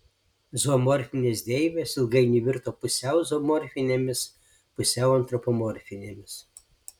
zoomorfinės deivės ilgainiui virto pusiau zoomorfinėmis pusiau antropomorfinėmis